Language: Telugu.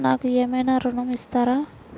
నాకు ఏమైనా ఋణం ఇస్తారా?